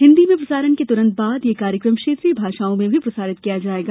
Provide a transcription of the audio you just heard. हिन्दी में प्रसारण के तुरंत बाद यह कार्यक्रम क्षेत्रीय भाषाओं में भी प्रसारित किया जाएगा